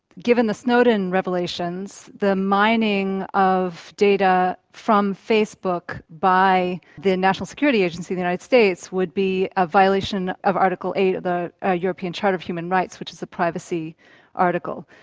given the snowdon revelations, the mining of data from facebook by the and national security agency of the united states would be a violation of article eight of the ah european charter of human rights, which is a privacy article.